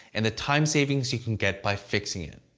and the time savings you can get by fixing it.